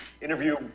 interview